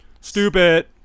Stupid